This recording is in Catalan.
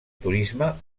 turisme